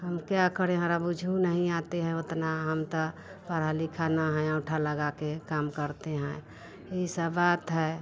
हम क्या करें हर भुझु नहीं आते हैं उतना हम ता पढ़ा लिखा न है अंगूठा लगा कर काम करते हैं ऐसा बात है